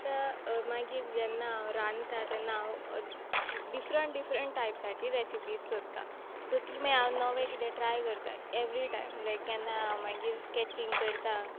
आतां मागीर जेन्ना हांव रांदता तेन्ना हांव डिफरंट डिफरंट टायपसाची रेसीपी सोदतां सो ती मागीर हांव नवें किदें ट्राय करतां एवरीटायम लायक केन्नाय हांव मागीर स्केचींग करता